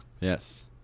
Yes